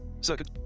Circuit